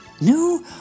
no